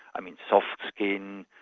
i mean, soft skin,